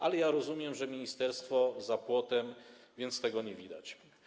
Ale rozumiem, że ministerstwo jest za płotem, więc tego nie widać.